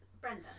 Brenda